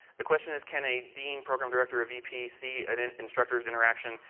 the question is, can a dean program director a vpc at instructors interaction,